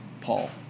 Paul